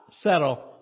settle